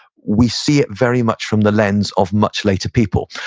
we see it very much from the lens of much later people.